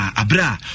abra